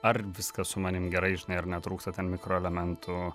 ar viskas su manim gerai žinai ar netrūksta ten mikroelementų